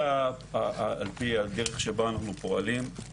על פי הדרך שבה אנו פועלים,